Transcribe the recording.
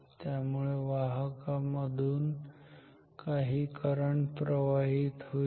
त्यामुळे वाहका मधून काही करंट प्रवाहित होईल